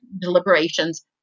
deliberations